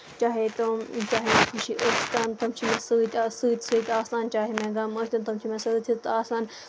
چاہے تِم چاہے أسۍ تِم چھِ مےٚ سۭتۍ سۭتۍ آسان چاہے مےٚ غم ٲسِنۍ تِم چھِ مےٚ سۭتۍ سۭتۍ آسان